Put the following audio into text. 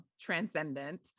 transcendent